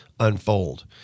Unfold